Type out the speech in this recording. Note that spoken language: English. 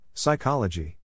Psychology